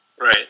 Right